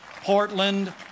Portland